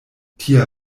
tia